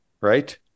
right